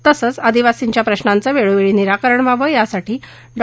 तसंच आदिवासींच्या प्रशांचं वेळोवेळी निराकरण व्हावं यासाठी डॉ